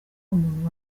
umuntu